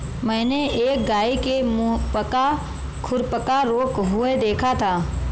मैंने एक गाय के मुहपका खुरपका रोग हुए देखा था